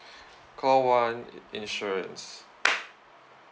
call one in~ insurance